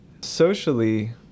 socially